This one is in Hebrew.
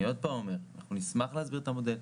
אני עוד פעם אומר, אנחנו נשמח להסביר את המודל.